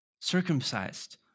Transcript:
Circumcised